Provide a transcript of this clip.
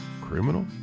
criminal